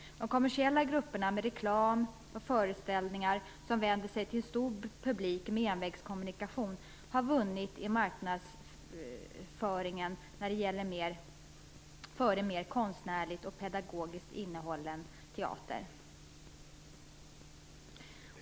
De kommersiella grupperna med reklam och föreställningar som vänder sig till en stor publik med envägskommunikation har vunnit i marknadsföringen före teatrar med mer konstnärligt och pedagogiskt innehåll.